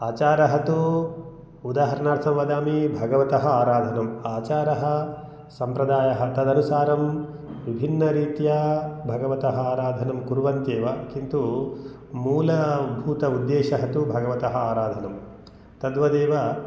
आचारः तु उदाहरणार्थं वदामि भगवतः आराधनं आचारः सम्प्रदायः तदनुसारं विभिन्नरीत्या भगवतः आराधनं कुर्वन्त्येव किन्तु मूलभूत उद्देशः तु भगवतः आराधनं तद्वदेव